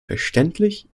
verständlich